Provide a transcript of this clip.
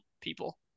people